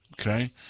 okay